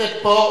היא נמצאת פה.